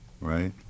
right